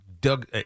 Doug